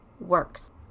works